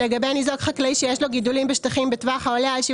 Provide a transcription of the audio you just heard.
לגבי ניזוק חקלאי שיש לו גידולים בשטחים בטווח העולה על 7